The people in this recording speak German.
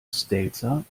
stelzer